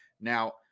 Now